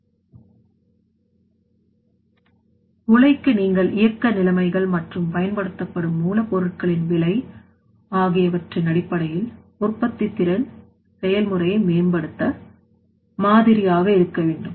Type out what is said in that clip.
மூளைக்கு நீங்கள் இயக்க நிலைமைகள் மற்றும் பயன்படுத்தப்படும் மூலப்பொருட்களின் விலை ஆகியவற்றின் அடிப்படையில் உற்பத்தி திறன் செயல் முறையை மேம்படுத்த மாதிரியாக இருக்க வேண்டும்